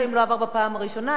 לשכלל את זה בפעם השנייה,